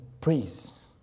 praise